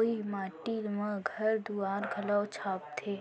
ओइ माटी म घर दुआर घलौ छाबथें